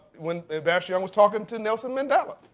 when ambassador young was talking to nelson mandela,